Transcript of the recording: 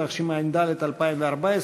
התשע"ד 2014,